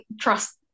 trust